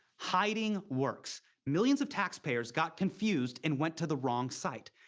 hiding works. millions of taxpayers got confused and went to the wrong site.